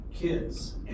kids